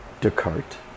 Descartes